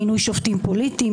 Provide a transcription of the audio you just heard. מינוי שופטים פוליטיים,